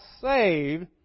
saved